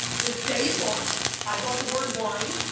the day it launched, i bought the word wine,